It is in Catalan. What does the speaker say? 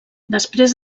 després